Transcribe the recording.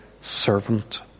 servant